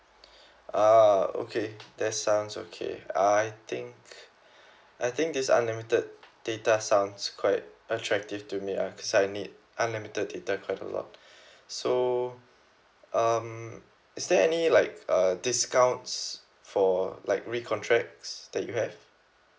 ah okay that sounds okay I think I think this unlimited data sounds quite attractive to me cause I need unlimited data quite a lot so um is there any like uh discounts for like re-contract that you have